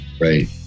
Right